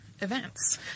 events